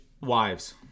wives